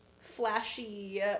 flashy